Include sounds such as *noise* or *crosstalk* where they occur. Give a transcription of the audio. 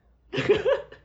*laughs*